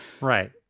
Right